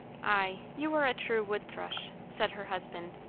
ay, you are a true wood-thrush, said her husband.